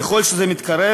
ככל שזה מתקרב,